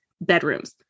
bedrooms